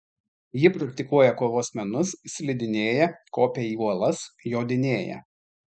ji praktikuoja kovos menus slidinėja kopia į uolas jodinėja